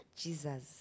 Jesus